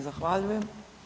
Zahvaljujem.